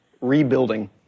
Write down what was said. rebuilding